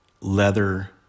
leather